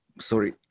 Sorry